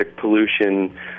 pollution